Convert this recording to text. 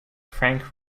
frank